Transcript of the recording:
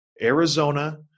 Arizona